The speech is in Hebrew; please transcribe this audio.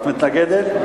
את מתנגדת?